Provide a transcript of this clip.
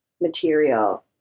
material